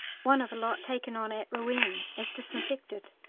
one of a lot taken on at rouen as disinfected!